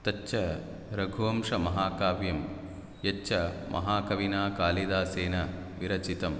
तच्च रघुवंशमहाकाव्यं यच्च महाकविना कालिदासेन विरचितम्